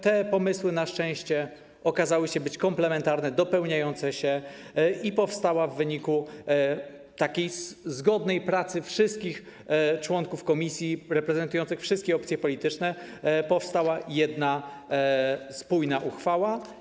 Te pomysły na szczęście okazały się komplementarne, dopełniające się i w wyniku zgodnej pracy wszystkich członków komisji reprezentujących wszystkie opcje polityczne powstała jedna, spójna uchwała.